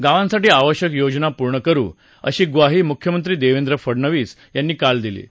गावांसाठी आवश्यक योजना पूर्ण करु अशी ग्वाही मुख्यमंत्री देवेंद्र फडनवीस यांनी दिली आहे